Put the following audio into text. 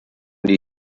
die